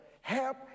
help